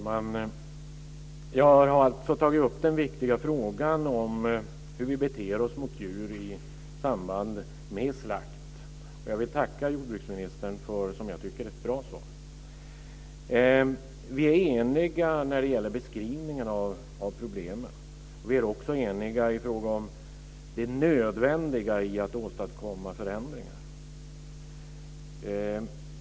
Fru talman! Jag har alltså tagit upp den viktiga frågan hur vi beter oss mot djur i samband med slakt, och jag vill tacka jordbruksministern för ett, som jag tycker, bra svar. Vi är eniga när det gäller beskrivningen av problemen, och vi är även eniga i fråga om det nödvändiga i att åstadkomma förändringar.